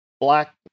black